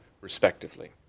respectively